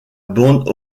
bande